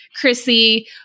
Chrissy